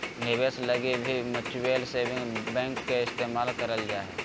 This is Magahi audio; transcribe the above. निवेश लगी भी म्युचुअल सेविंग बैंक के इस्तेमाल करल जा हय